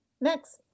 Next